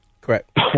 Correct